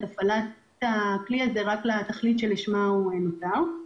הפעלת הכלי הזה רק לתכלית שלשמה הוא הותר.